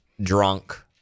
Drunk